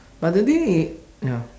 but the thing is ya